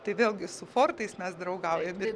tai vėlgi su fortais mes draugaujame